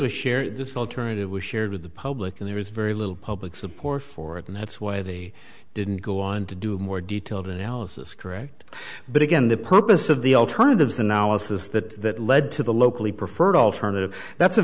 a share this alternative was shared with the public and there is very little public support for it and that's why they didn't go on to do a more detailed analysis correct but again the purpose of the alternatives analysis that led to the locally preferred alternative that's a